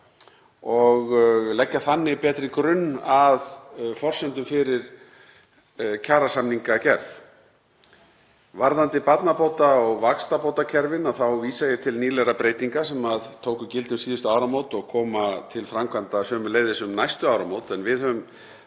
og leggja þannig betri grunn að forsendum fyrir kjarasamningagerð. Varðandi barnabóta- og vaxtabótakerfin þá vísa ég til nýlegra breytinga sem tóku gildi um síðustu áramót og koma sömuleiðis til framkvæmda um næstu áramót. Þar höfum